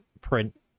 print